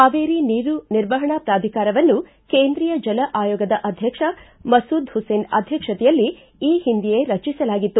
ಕಾವೇರಿ ನೀರು ನಿರ್ವಹಣಾ ಪ್ರಾಧಿಕಾರವನ್ನು ಕೇಂದ್ರೀಯ ಜಲ ಆಯೋಗದ ಅಧ್ಯಕ್ಷ ಮಸೂದ್ ಹುಸೇನ್ ಅಧ್ಯಕ್ಷತೆಯಲ್ಲಿ ಈ ಹಿಂದೆಯೇ ರಚಿಸಲಾಗಿತ್ತು